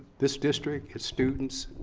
this district, its students,